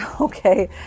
Okay